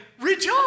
Rejoice